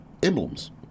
Emblems